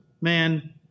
man